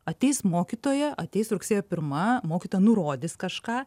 ateis mokytoja ateis rugsėjo pirma mokyta nurodys kažką